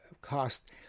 cost